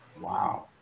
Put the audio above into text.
Wow